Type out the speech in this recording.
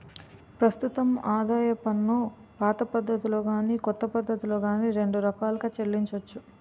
ప్రస్తుతం ఆదాయపు పన్నుపాత పద్ధతిలో గాని కొత్త పద్ధతిలో గాని రెండు రకాలుగా చెల్లించొచ్చు